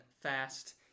fast